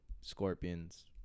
Scorpions